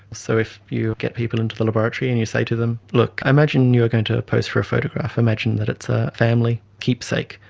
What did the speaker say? so if you get people into the laboratory and you say to them, look, imagine you are going to pose for a photograph, imagine that it's a family keepsake,